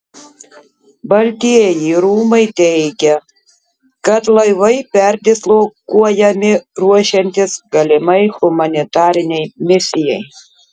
baltieji rūmai teigia kad laivai perdislokuojami ruošiantis galimai humanitarinei misijai